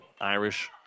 Irish